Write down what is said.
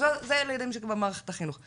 זה לא בידיים של מערכת החינוך.